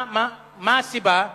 מה הסיבה?